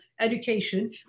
education